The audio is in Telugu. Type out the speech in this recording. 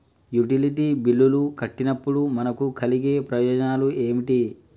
యుటిలిటీ బిల్లులు కట్టినప్పుడు మనకు కలిగే ప్రయోజనాలు ఏమిటి?